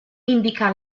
indica